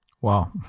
Wow